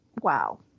wow